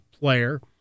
player